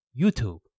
YouTube